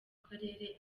karere